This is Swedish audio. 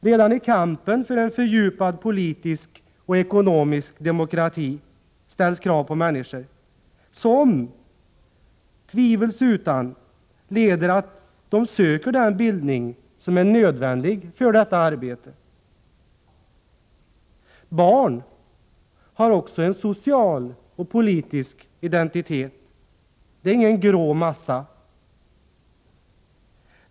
Redan i kampen för en fördjupad politisk och ekonomisk demokrati ställs krav på människor, som tvivelsutan leder till att de söker den bildning som är nödvändig för detta arbete. Barn har också en social och politisk identitet, de är ingen grå massa.